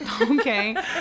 Okay